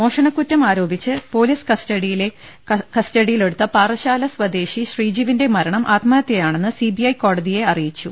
മോഷണക്കുറ്റം ആരോപിച്ച് പൊലീസ് കസ്റ്റഡിയിലെടുത്ത പാറശ്ശാല സ്വദേശി ശ്രീജീവിന്റെ മരണം ആത്മഹത്യയാണെന്ന് സിബിഐ കോടതിയെ അറിയിച്ചു